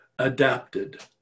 adapted